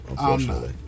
unfortunately